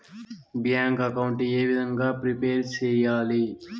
Bank account ఏ విధంగా prepare సెయ్యాలి?